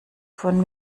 von